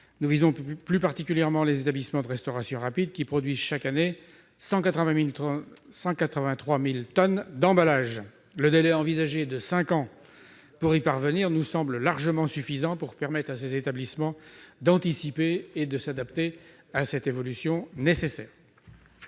Nous visons plus particulièrement les établissements de restauration rapide, qui produisent chaque année 183 000 tonnes d'emballages. Le délai de cinq ans envisagé pour y parvenir nous semble largement suffisant pour permettre à ces établissements d'anticiper et de s'adapter à cette nécessaire